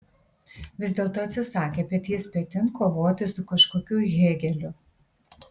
vis dėlto atsisakė petys petin kovoti su kažkokiu hėgeliu